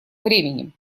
временем